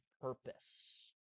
purpose